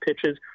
pitches